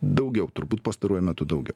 daugiau turbūt pastaruoju metu daugiau